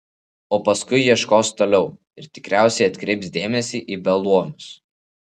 o paskui ieškos toliau ir tikriausiai atkreips dėmesį į beluomius